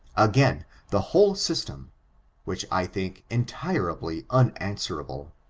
against the whole system which i think entirely unanswerable.